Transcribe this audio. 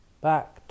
back